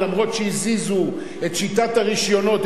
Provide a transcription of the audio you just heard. אף שהזיזו את שיטת הרשיונות,